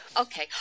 Okay